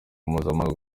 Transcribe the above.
mpuzamahanga